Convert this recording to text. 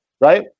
right